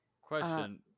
question